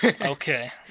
Okay